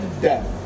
death